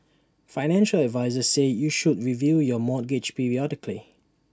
financial advisers say you should review your mortgage periodically